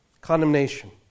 Condemnation